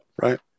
Right